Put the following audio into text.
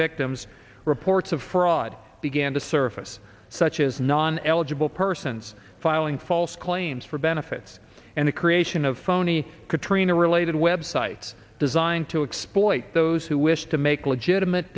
victims reports of fraud began to surface such as non eligible persons filing false claims for benefits and the creation of phony katrina related web site designed to exploit those who wish to make legitimate